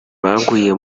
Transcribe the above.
baguye